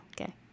Okay